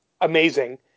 amazing